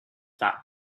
that